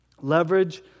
Leverage